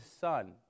son